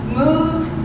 moved